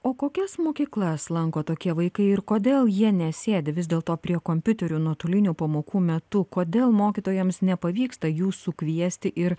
o kokias mokyklas lanko tokie vaikai ir kodėl jie nesėdi vis dėl to prie kompiuterių nuotolinių pamokų metu kodėl mokytojams nepavyksta jų sukviesti ir